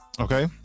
Okay